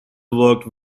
worked